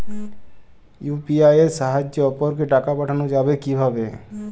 UPI এর সাহায্যে অপরকে টাকা পাঠানো যাবে কিভাবে?